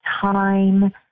time